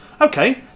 Okay